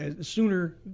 sooner